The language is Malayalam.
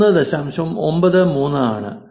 93 ആണ്